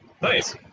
Nice